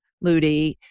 Ludi